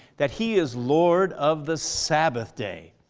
that he is lord of the sabbath day.